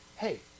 hey